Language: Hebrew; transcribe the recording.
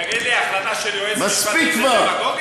תגיד לי, החלטה של יועץ משפטי זה דמגוגיה?